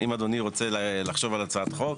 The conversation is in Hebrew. אם אדוני רוצה לחשוב על הצעת חוק.